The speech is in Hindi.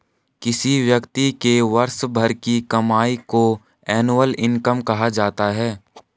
किसी व्यक्ति के वर्ष भर की कमाई को एनुअल इनकम कहा जाता है